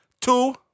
two